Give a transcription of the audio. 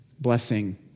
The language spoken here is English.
blessing